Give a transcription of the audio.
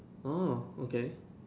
oh okay